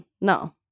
no